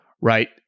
Right